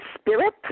Spirit